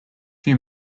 few